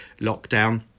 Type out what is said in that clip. lockdown